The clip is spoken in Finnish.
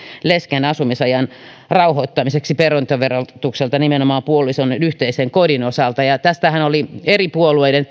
lesken asumisajan rauhoittamiseksi perintöverotukselta nimenomaan puolisoiden yhteisen kodin osalta tätähän tosi moni kansanedustaja eri puolueista